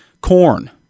corn